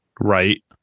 right